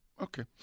Okay